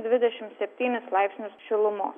dvidešimt septynis laipsnius šilumos